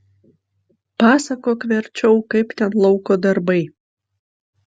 pasakok verčiau kaip ten lauko darbai